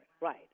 right